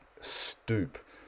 stoop